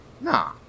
Nah